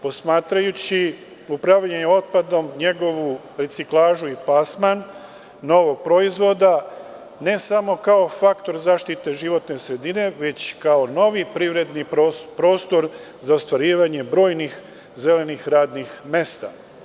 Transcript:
Posmatrajući upravljanje otpadom, njegovu reciklažu i plasman novog proizvoda ne samo kao faktor zaštite životne sredine već kao novi privredni prostor za ostvarivanje brojnih zelenih radnih mesta.